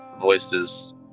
voices